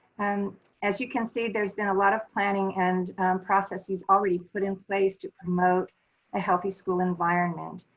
and as you can see there's been a lot of planning and processes already put in place to promote a healthy school environment.